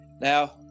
Now